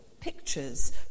pictures